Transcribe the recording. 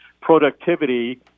productivity